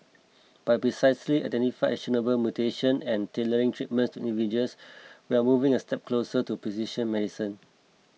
by precisely identifying actionable mutations and tailoring treatments to individuals we are moving a step closer to precision medicine